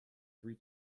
three